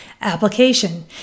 Application